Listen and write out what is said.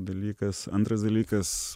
dalykas antras dalykas